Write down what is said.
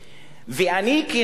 ואני כנער,